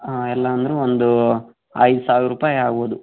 ಆಂ ಎಲ್ಲ ಅಂದ್ರೆ ಒಂದು ಐದು ಸಾವಿರ ರೂಪಾಯಿ ಆಗ್ಬೋದು